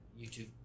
YouTube